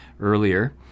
earlier